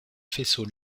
faisceau